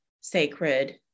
sacred